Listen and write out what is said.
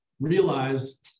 realize